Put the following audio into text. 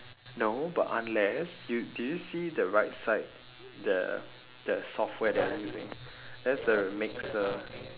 no but unless you did you see the right side the the software they are using that's a mixer